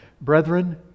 Brethren